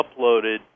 uploaded